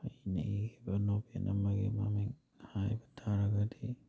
ꯑꯩꯅ ꯏꯒꯤꯕ ꯅꯣꯕꯦꯜ ꯑꯃꯒꯤ ꯃꯃꯤꯡ ꯍꯥꯏꯕ ꯇꯥꯔꯒꯗꯤ